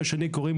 ולשני קוראים